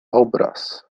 obraz